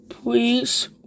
Please